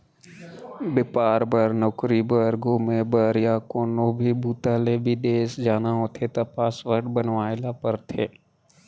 बेपार बर, नउकरी बर, घूमे बर य कोनो भी बूता ले बिदेस जाना होथे त पासपोर्ट बनवाए ल परथे